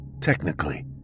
Technically